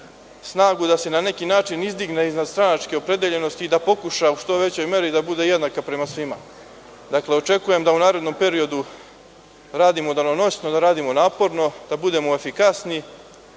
snagu da se na neki način izdigne iznad stranačke opredeljenosti i da pokuša u što većoj meri da bude jedna prema svima. Dakle, očekujem da u narednom periodu radimo danonoćno, da radimo naporno, da budemo efikasni.